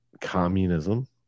communism